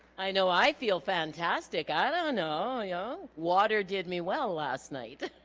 i know i feel fantastic i don't know yeah water did me well last night